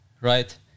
right